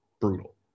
brutal